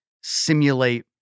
simulate